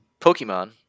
Pokemon